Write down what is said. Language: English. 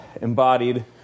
embodied